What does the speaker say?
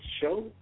show